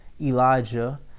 Elijah